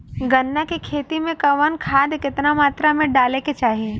गन्ना के खेती में कवन खाद केतना मात्रा में डाले के चाही?